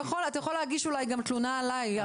אתה יכול להגיש אולי גם תלונה עליי,